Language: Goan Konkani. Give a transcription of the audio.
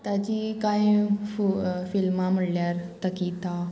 ताची कांय फु फिल्मां म्हणल्यार तकिता